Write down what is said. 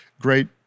Great